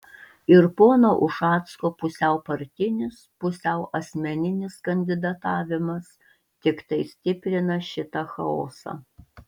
ir pono ušacko pusiau partinis pusiau asmeninis kandidatavimas tiktai stiprina šitą chaosą